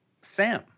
Sam